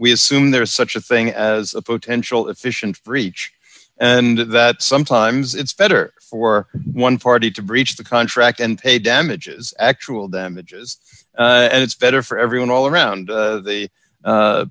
we assume there is such a thing as a potential efficient breach and that sometimes it's better for one party to breach the contract and pay damages actual damages and it's better for everyone all around the